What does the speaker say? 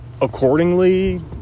accordingly